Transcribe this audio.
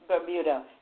Bermuda